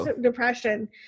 depression